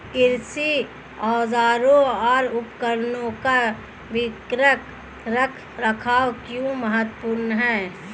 कृषि औजारों और उपकरणों का निवारक रख रखाव क्यों महत्वपूर्ण है?